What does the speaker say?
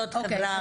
או שזאת חברה אחרת.